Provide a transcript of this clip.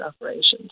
operations